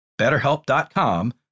betterhelp.com